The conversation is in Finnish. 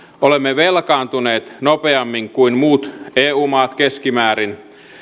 olemme velkaantuneet nopeammin kuin muut eu maat keskimäärin